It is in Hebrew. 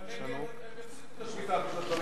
אבל הם יפסיקו את השביתה בגלל הדברים